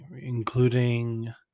including